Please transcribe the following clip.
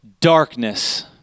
darkness